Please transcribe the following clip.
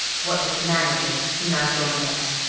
what with the manager, who now joined us,